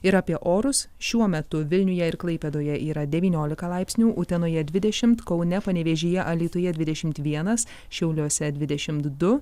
ir apie orus šiuo metu vilniuje ir klaipėdoje yra devyniolika laipsnių utenoje dvidešimt kaune panevėžyje alytuje dvidešimt vienas šiauliuose dvidešimt du